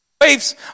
waves